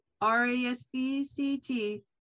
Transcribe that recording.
R-A-S-B-C-T